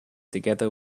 together